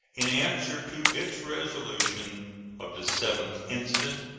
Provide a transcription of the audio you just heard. in answer to its resolution of the seventh instant.